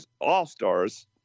all-stars